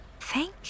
Thank